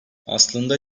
aslında